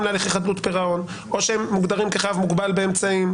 להליכי חדלות פירעון או שהם מוגדרים כחייב מוגבל באמצעים.